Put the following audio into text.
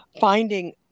finding